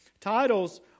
titles